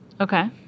Okay